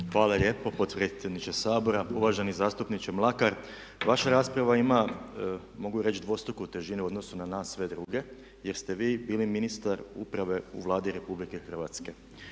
Hvala lijepo potpredsjedniče Sabora. Uvaženi zastupniče Mlakar vaša rasprava ima mogu reći dvostruku težinu u odnosu na nas sve druge jer ste vi bili ministar uprave u Vladi Republike Hrvatske.